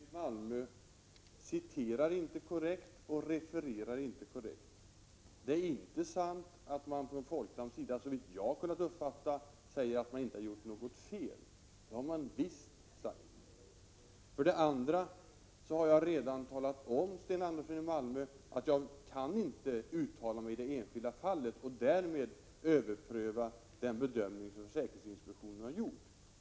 Herr talman! Sten Andersson i Malmö citerar inte korrekt och refererar inte korrekt. Såvitt jag kunnat uppfatta, är det för det första inte sant att Folksam säger att man inte har gjort något fel. För det andra har jag redan talat om för Sten Andersson i Malmö att jag inte kan uttala mig i det enskilda fallet och därmed överpröva den bedömning som försäkringsinspektionen har gjort.